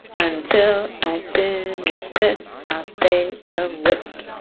until i finish this i'll stay awake.